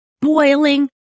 Boiling